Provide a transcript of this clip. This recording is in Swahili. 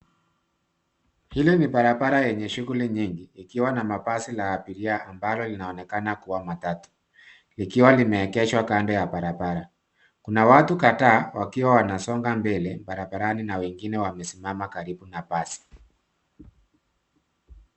Hili ni barabara yenye shughuli nyingi. Likiwa na mabasi ya abiria ambalo linaonekana kuwa matatu, likiwa limeegeshwa kando ya barabara. Kuna watu kadhaa wakiwa wanasonga mbele barabarani na wengie wamesimama karibu na basi.